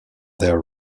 their